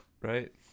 Right